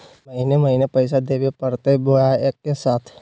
महीने महीने पैसा देवे परते बोया एके साथ?